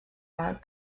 are